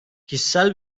kişisel